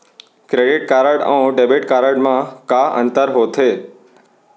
Credit card अऊ debit card मा का अंतर होथे?